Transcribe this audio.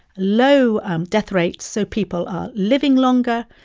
low death rates. so people are living longer.